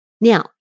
Now